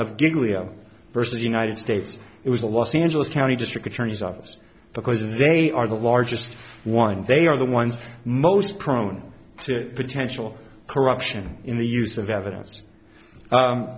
leo versus united states it was the los angeles county district attorney's office because they are the largest one and they are the ones most prone to potential corruption in the use of evidence